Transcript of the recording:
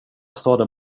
staden